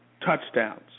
touchdowns